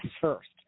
first